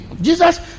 Jesus